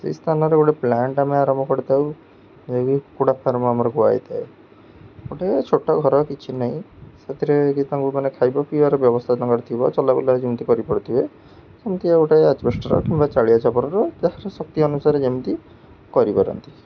ସେଇ ସ୍ଥାନରେ ଗୋଟେ ପ୍ଲାଣ୍ଟ ଆମେ ଆରମ୍ଭ କରିଥାଉ କୁକୁଡ଼ା ଫାର୍ମ ଆମର କୁହାଯାଇଥାଏ ଗୋଟେ ଛୋଟ ଘର କିଛି ନାହିଁ ସେଥିରେ କି ତାଙ୍କୁ ମାନେ ଖାଇବା ପିଇବାର ବ୍ୟବସ୍ଥା ତାଙ୍କର ଥିବ ଚଲାବୁଲା ଯେମିତି କରିପାରୁଥିବେ ସେମିତି ଗୋଟେ ଆଜବେଷ୍ଟର କିମ୍ବା ଚାଳିଆ ଛପରର ଯାହା ଶକ୍ତି ଅନୁସାରେ ଯେମିତି କରିପାରନ୍ତି